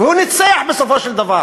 והוא ניצח בסופו של דבר,